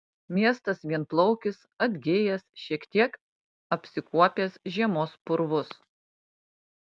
miestas vienplaukis atgijęs šiek tiek apsikuopęs žiemos purvus